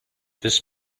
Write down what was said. this